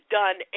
done